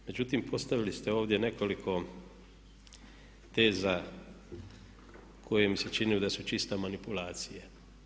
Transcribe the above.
Međutim, postavili ste ovdje nekoliko teza koje mi se činilo da su čista manipulacija.